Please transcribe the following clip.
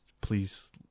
please